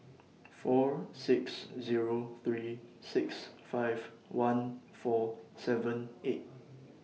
four six Zero three six five one four seven eight